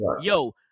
Yo